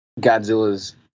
Godzilla's